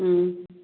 ꯎꯝ